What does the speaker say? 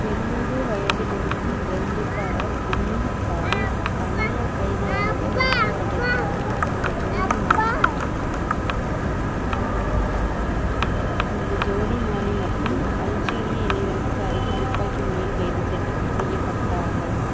எழுவது வயதில் இருக்கும் பிரெஞ்சுக்காரர் இன்னும் பணயக் கைதியாகவே வைக்கப்பட்டிருக்கிறார் இந்த ஜோடி இந்த ஜோடி மாலி மற்றும் அல்ஜீரிய எல்லைகளுக்கு அருகே துப்பாக்கி முனையில் கைது செய்யப்பட்டார்கள்